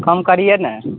کم کریے نا